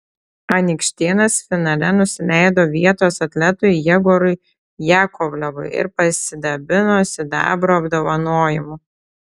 anykštėnas finale nusileido vietos atletui jegorui jakovlevui ir pasidabino sidabro apdovanojimu